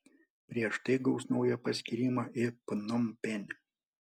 prieš tai gaus naują paskyrimą į pnompenį